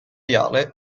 viale